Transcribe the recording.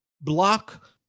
block